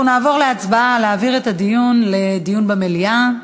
אנחנו נעבור להצבעה על העברת הנושא לדיון במליאה.